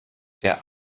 der